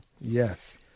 yes